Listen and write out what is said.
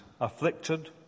afflicted